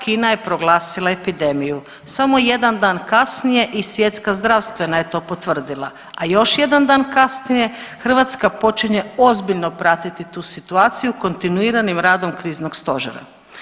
Kina je proglasila epidemiju, samo jedan dan kasnije i svjetska zdravstvena je to potvrdila, a još jedan dan kasnije Hrvatska počinje ozbiljno pratiti tu situaciju kontinuiranim radom Kriznog stožera.